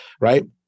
right